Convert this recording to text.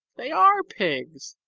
they are pigs!